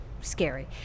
Scary